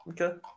Okay